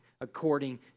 according